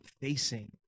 facing